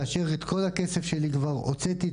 כאשר את כל הכסף שלי כבר הוצאתי,